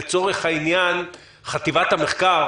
לצורך העניין - חטיבת המחקר